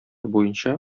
буенча